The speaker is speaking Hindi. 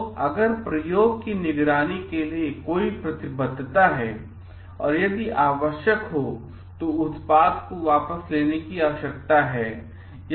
तो अगर प्रयोग की निगरानी के लिए कोई प्रतिबद्धता है और यदि आवश्यक हो तो उत्पाद को वापस लेने की आवश्यकता है